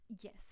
Yes